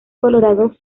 colorado